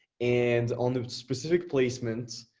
and on the specific placements